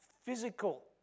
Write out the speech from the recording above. physical